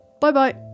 Bye-bye